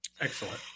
excellent